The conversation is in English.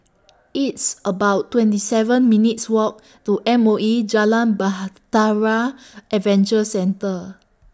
It's about twenty seven minutes' Walk to M O E Jalan Bahtera Adventure Centre